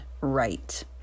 right